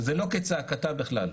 זה לא כצעקתה בכלל.